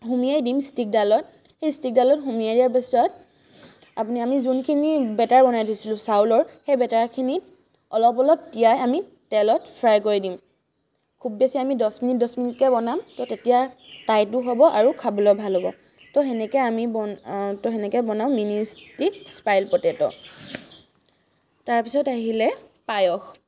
সোমোৱাই দিম ষ্টিকডালত সেই ষ্টিকডালত সোমোৱাই দিয়া পাছত তাৰমানে আমি যোনখিনি বেটাৰ বনাই থৈছিলোঁ চাউলৰ সেই বেটাৰখিনিত অলপ অলপ তিয়াই আমি তেলত ফ্ৰাই কৰিম খুব বেছি আমি দহ মিনিট দহ মিনিটকৈ বনাম তো তেতিয়া টাইটো হ'ব আৰু খাবলৈ ভাল হ'ব তো সেনেকৈ আমি বন্ তো সেনেকৈ বনাওঁ মিনি ষ্টিক স্পাইৰেল প'টেট'